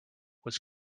was